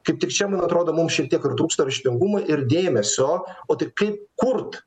kaip tik čia man atrodo mums šiek tiek ir trūksta raštingumo ir dėmesio o tai kaip kurt